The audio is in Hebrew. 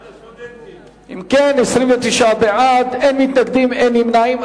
29 בעד, אין מתנגדים ואין נמנעים.